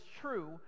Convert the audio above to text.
true